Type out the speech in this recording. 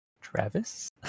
Travis